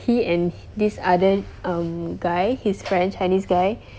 he and this other um guy his friend chinese guy